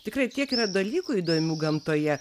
tikrai tiek yra dalykų įdomių gamtoje